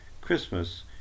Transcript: Christmas